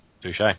touche